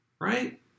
right